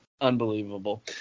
unbelievable